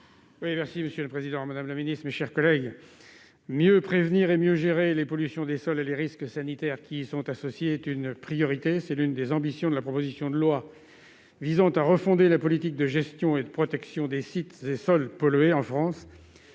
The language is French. Joël Bigot, pour présenter l'amendement n° 1733 rectifié. Mieux prévenir et mieux gérer les pollutions des sols et les risques sanitaires qui y sont associés est une priorité : c'est l'une des ambitions de la proposition de loi visant à refonder la politique de gestion et de protection des sites et sols pollués en France.